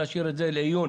נשאיר את זה לעיון.